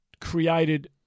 created